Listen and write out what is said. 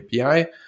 API